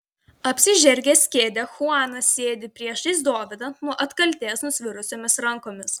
apsižergęs kėdę chuanas sėdi priešais dovydą nuo atkaltės nusvirusiomis rankomis